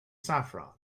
saffron